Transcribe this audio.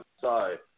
sorry